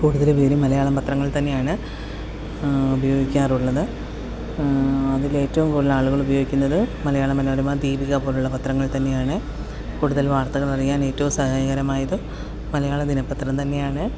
കൂടുതൽ പേരും മലയാളം പത്രങ്ങൾ തന്നെയാണ് ഉപയോഗിക്കാറുള്ളത് അതിൽ ഏറ്റവും കൂടുതൽ ആളുകൾ ഉപയോഗിക്കുന്നത് മലയാള മനോരമ ദീപിക പോലുള്ള പത്രങ്ങൾ തന്നെയാണ് കൂടുതൽ വാർത്തകൾ അറിയാൻ ഏറ്റവും സഹായകരമായത് മലയാള ദിനപ്പത്രം തന്നെയാണ്